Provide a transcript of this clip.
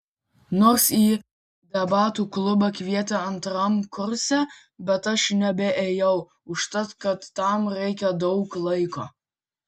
nors ir į debatų klubą kvietė antram kurse bet aš nebeėjau užtat kad tam reikia daug laiko